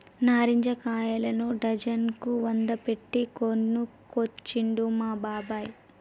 నారింజ కాయలను డజన్ కు వంద పెట్టి కొనుకొచ్చిండు మా బాబాయ్